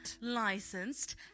licensed